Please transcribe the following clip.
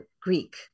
Greek